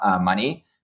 money